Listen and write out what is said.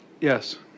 yes